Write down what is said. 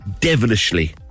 devilishly